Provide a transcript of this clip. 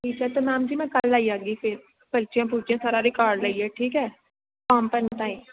ठीक ऐ ते मैम जी में कल आई जाहगी फिर पर्चियां पुर्चियां सारा रिकार्ड लेइयै ठीक ऐ टैम पर